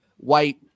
White